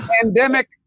Pandemic